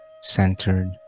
centered